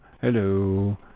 Hello